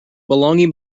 belonging